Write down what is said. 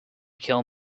kill